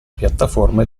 piattaforme